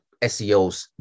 seos